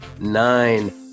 nine